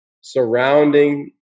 surrounding